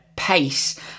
pace